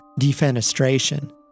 defenestration